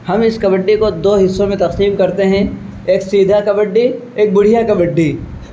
ہم اس کبڈی کو دو حصوں میں تقسیم کرتے ہیں ایک سیدھا کبڈی ایک بڑھیا کبڈی